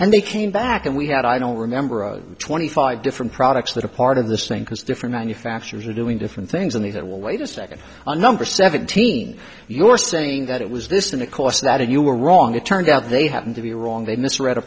and they came back and we had i don't remember twenty five different products that are part of the same because different manufacturers are doing different things in the that will wait a second the number seventeen your saying that it was this and it cost that you were wrong it turns out they happened to be wrong they misread a